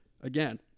again